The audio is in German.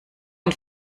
ihn